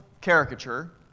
caricature